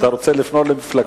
כשאתה רוצה לפנות למפלגתי,